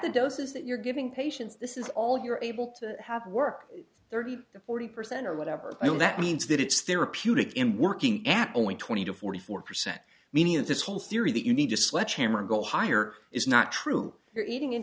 the doses that you're giving patients this is all you're able to have work thirty to forty percent or whatever that means that it's therapeutic in working apple in twenty to forty four percent meaning of this whole theory that you need to sledgehammer go higher is not true you're eating in